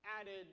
added